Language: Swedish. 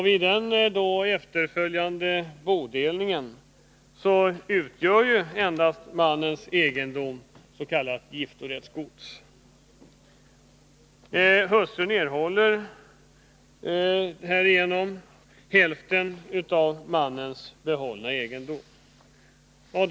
Vid den efterföljande bodelningen utgör endast mannens egendom s.k. giftorättsgods. Hustrun erhåller härigenom hälften av mannens behållna egendom.